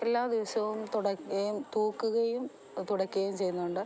എല്ലാ ദിവസവും തുടയ്ക്കുവേം തൂക്കുകയും തുടയ്ക്കുകയും ചെയ്യുന്നുണ്ട്